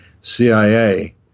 CIA